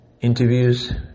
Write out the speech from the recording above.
interviews